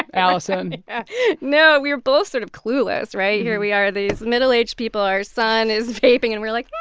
allison you know we were both sort of clueless, right? here we are, these middle-aged people. our son is vaping, and we're like,